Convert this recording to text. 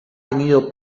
tenido